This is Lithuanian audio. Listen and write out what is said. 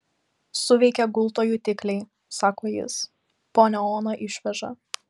suveikė gulto jutikliai sako jis ponią oną išveža